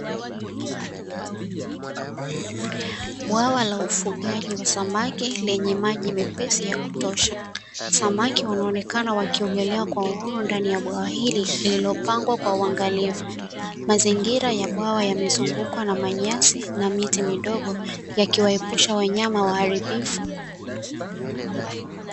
Bwawa la ufugaji wa samaki, lenye maji mepesi ya kutosha. Samaki wanaonekana wakiogelea kwa uhuru ndani ya bwawa hili lililopangwa kwa uangalifu, mazingira ya bwawa yamezungukwa na manyasi na miti midogo, yakiwaepusha wanyama waharibifu.